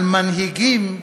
על מנהיגים,